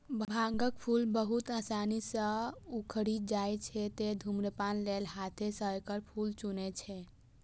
भांगक फूल बहुत आसानी सं उखड़ि जाइ छै, तें धुम्रपान लेल हाथें सं एकर फूल चुनै छै